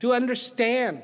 to understand